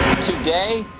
Today